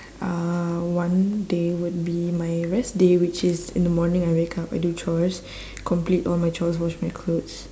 uh one day would be my rest day which is in the morning I wake up I do chores complete all my chores wash my clothes